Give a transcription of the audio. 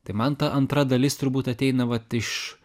tai man ta antra dalis turbūt ateina vat iš